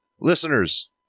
Listeners